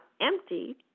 empty